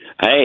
Hey